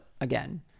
again